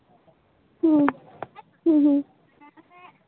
ᱦᱮᱸ ᱦᱮᱸ